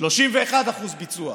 31% ביצוע,